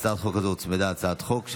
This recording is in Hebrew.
התשפ"ג 2023,